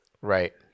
Right